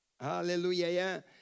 Hallelujah